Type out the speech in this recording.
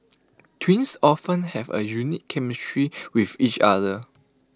twins often have A unique chemistry with each other